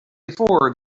before